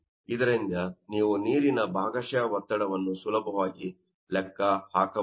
ಇದರಿಂದ ನೀವು ನೀರಿನ ಭಾಗಶಃ ಒತ್ತಡವನ್ನು ಸುಲಭವಾಗಿ ಲೆಕ್ಕ ಹಾಕಬಹುದು